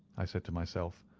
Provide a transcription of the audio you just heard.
i said to myself,